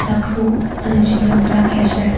લખવું મને જીવંત રાખે છે